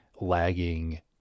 lagging